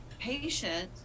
patient